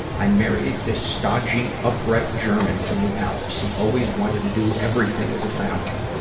i married this stodgy, upright german from the alps. he always wanted to do everything as a family.